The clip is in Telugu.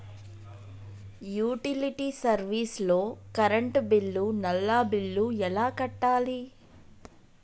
యుటిలిటీ సర్వీస్ లో కరెంట్ బిల్లు, నల్లా బిల్లు ఎలా కట్టాలి?